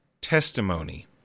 testimony